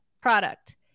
product